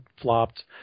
flopped